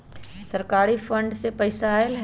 सरकारी फंड से पईसा आयल ह?